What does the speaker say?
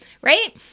right